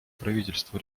правительству